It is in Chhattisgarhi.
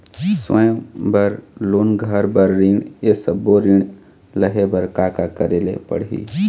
स्वयं बर लोन, घर बर ऋण, ये सब्बो ऋण लहे बर का का करे ले पड़ही?